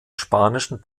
spanischen